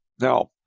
Now